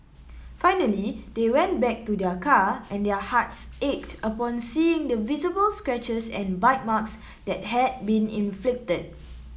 finally they went back to their car and their hearts ached upon seeing the visible scratches and bite marks that had been inflicted